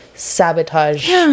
sabotage